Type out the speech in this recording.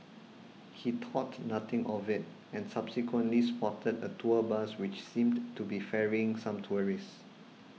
he thought nothing of it and subsequently spotted a tour bus which seemed to be ferrying some tourists